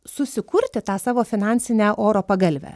susikurti tą savo finansinę oro pagalvę